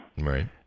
Right